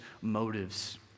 motives